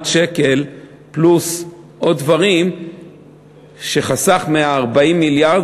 שקל פלוס עוד דברים שחסך מה-40 מיליארד,